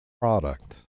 product